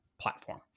platform